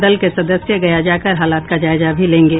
दल के सदस्य गया जाकर हालात का जायजा भी लेंगे